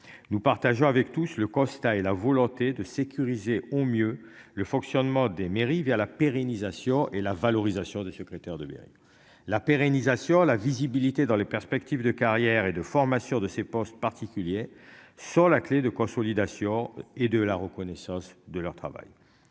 Nous partageons avec tous le constat et la volonté de sécuriser au mieux le fonctionnement des mairies vers la pérennisation et la valorisation des secrétaires de mairie la pérennisation la visibilité dans les perspectives de carrière et de formation de ces postes particuliers sur la clé de consolidation et de la reconnaissance de leur travail.